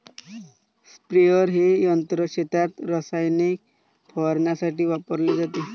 sprayer हे यंत्र शेतात रसायने फवारण्यासाठी वापरले जाते